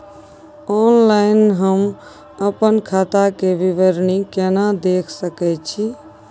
Online हम अपन खाता के विवरणी केना देख सकै छी?